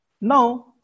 Now